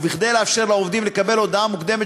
וכדי לאפשר לעובדים לקבל הודעה מוקדמת